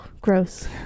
gross